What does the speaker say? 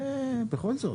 בכל זאת.